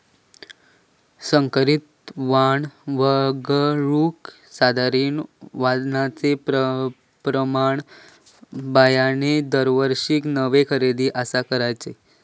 संकरित वाण वगळुक सुधारित वाणाचो प्रमाण बियाणे दरवर्षीक नवो खरेदी कसा करायचो?